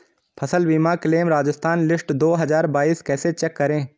फसल बीमा claim Rajasthan list दो हज़ार बाईस कैसे चेक करें?